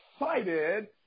excited